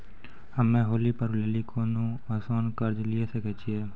हम्मय होली पर्व लेली कोनो आसान कर्ज लिये सकय छियै?